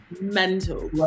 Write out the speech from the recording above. mental